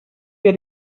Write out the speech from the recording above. wir